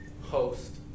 host